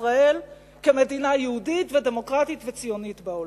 ישראל כמדינה יהודית ודמוקרטית וציונית בעולם.